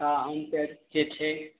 तऽ हम तऽ जे छै